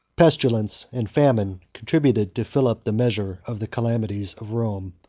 pestilence and famine contributed to fill up the measure of the calamities of rome.